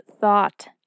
thought